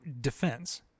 defense